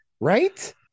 Right